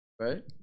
Right